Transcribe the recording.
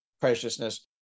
preciousness